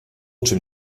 czym